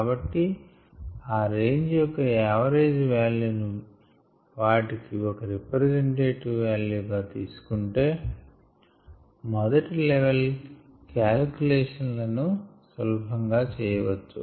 కాబట్టి ఆ రేంజ్ యొక్క యావరేజ్ వాల్యుని వాట్లికి ఒక రెప్రజెంటివ్ వాల్యూ గా తీసుకుంటే మొదటి లెవల్ కాలిక్యులేషన్ లను సులభంగా చేయవచ్చు